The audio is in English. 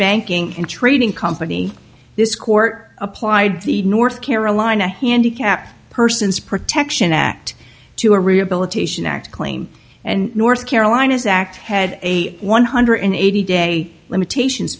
banking and trading company this court applied the north carolina handicap persons protection act to a rehabilitation act claim and north carolina's act had a one hundred eighty day limitations